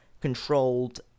controlled